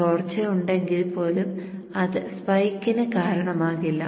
ചോർച്ച ഉണ്ടെങ്കിൽ പോലും അത് സ്പൈക്കിന് കാരണമാകില്ല